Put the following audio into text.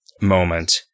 moment